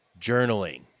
journaling